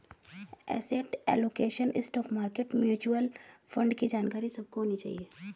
asset allocation, stock market, mutual fund की जानकारी सबको होनी चाहिए